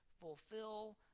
fulfill